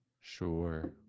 Sure